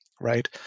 right